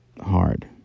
hard